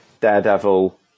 Daredevil